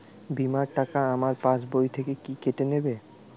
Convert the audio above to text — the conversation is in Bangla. বিমার টাকা আমার পাশ বই থেকে কি কেটে নেবে?